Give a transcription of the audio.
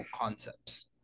concepts